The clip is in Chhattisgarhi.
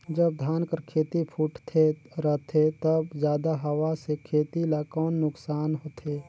जब धान कर खेती फुटथे रहथे तब जादा हवा से खेती ला कौन नुकसान होथे?